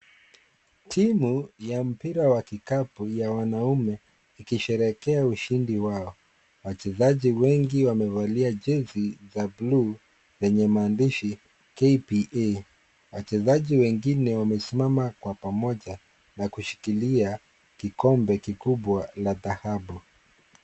Timu ya mpira wa kikapu ya wanaume ikisherekea ushindi wao wachezaji wengi wamevalia jinsi za bluu zenye maandishi KPA wachezaji wengine wamesimama kwa pamoja na kushikilia kikombe kikubwa la dhahabu.